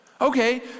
Okay